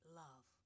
love